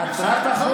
מה הבעיה?